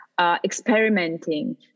Experimenting